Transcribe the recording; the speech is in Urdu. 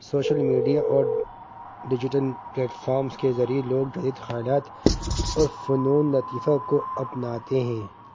سوشل میڈیا اور ڈیجیٹل پلیٹفارمس کے ذریعے لوگ حالات اور فنون لطیفہ کو اپناتے ہیں